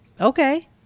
Okay